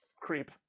creep